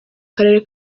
karere